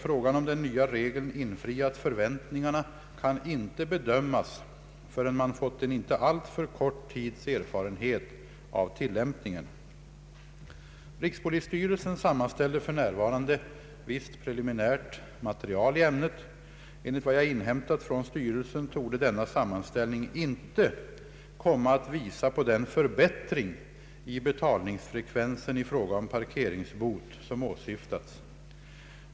Frågan om den nya regeln infriat förväntningarna kan inte bedömas förrän man fått en inte alltför kort tids erfarenhet av tillämpningen. Rikspolisstyrelsen sammanställer för närvarande visst preliminärt material i ämnet. Enligt vad jag inhämtat från styrelsen torde denna sammanställning inte komma att visa på den förbättring i betalningsfrekvensen i fråga om parkeringsbot som åsyftats.